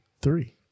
three